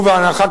ובהנחה,